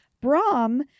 brahm